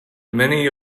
many